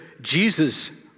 Jesus